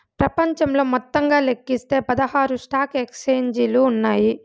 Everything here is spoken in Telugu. ప్రపంచంలో మొత్తంగా లెక్కిస్తే పదహారు స్టాక్ ఎక్స్చేంజిలు ఉన్నాయి